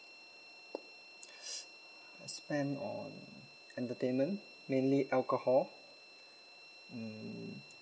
I spend on entertainment mainly alcohol mm